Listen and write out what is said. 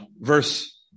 Verse